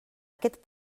aquest